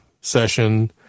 session